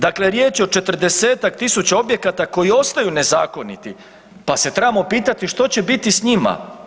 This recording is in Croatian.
Dakle, riječ je o 40-tak tisuća objekata koji ostaju nezakoniti, pa se trebamo pitati što će biti s njima?